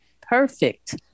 perfect